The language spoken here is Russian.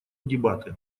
дебаты